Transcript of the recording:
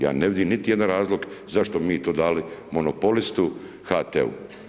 Ja ne vidim niti jedan razlog zašto bi mi to dali monopolistu, HT-u?